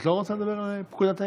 את לא רוצה לדבר על פקודת העיריות?